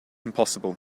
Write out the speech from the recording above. impossible